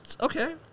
Okay